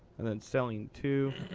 and then selling two.